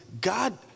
God